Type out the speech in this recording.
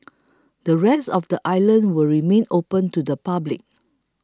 the rest of the island will remain open to the public